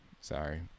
Sorry